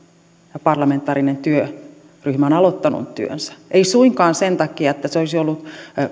tämä parlamentaarinen työryhmä on aloittanut työnsä ei suinkaan sen takia että se olisi ollut